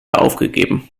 aufgegeben